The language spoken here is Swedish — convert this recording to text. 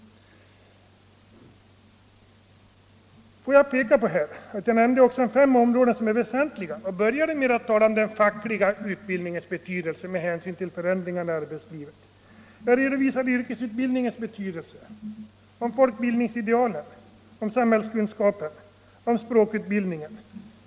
Jag nämnde också fem områden som är väsentliga och började då med att tala om den fackliga utbildningens betydelse med hänsyn till förändringarna i arbetslivet. Jag redovisade yrkesutbildningens betydelse, jag talade om folkbildningsidealen, om samhällskunskapen och om språkutbildningen.